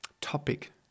topic